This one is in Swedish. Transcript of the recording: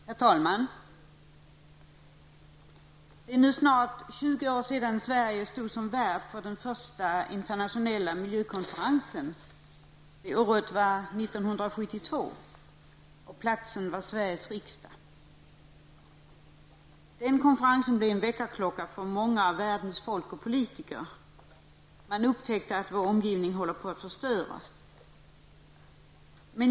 Herr talman! Det är nu snart 20 år sedan Sverige stod som värd för den första internationella miljökonferensen. Året var 1972, och platsen var Sveriges riksdag. Den konferensen blev en väckarklocka för många av världens folk och politiker; man upptäckte att vår omgivning håller på att förstöras.